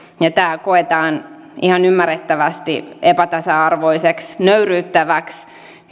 ja tämä koetaan ihan ymmärrettävästi epätasa arvoiseksi nöyryyttäväksi